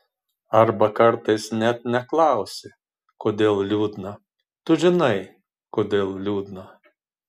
arba kartais net neklausi kodėl liūdna tu žinai kodėl liūdna